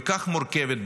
כל כך מורכבת,